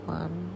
one